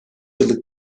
yıllık